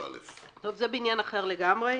תקנה 84א. זה בעניין אחר לגמרי,